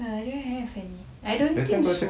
ya I don't have any I don't think so